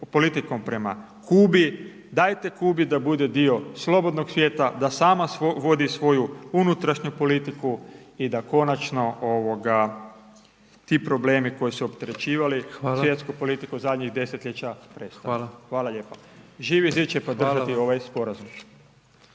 politikom prema Kubi, dajte Kubi da bude dio slobodnog svijeta, da sama vodi svoju unutrašnju politiku i da konačno ovoga ti problemi koji su opterećivali …/Upadica: Hvala./… zadnjih desetljeća prestanu. Hvala lijepa. Živi zid će podržati ovaj sporazum.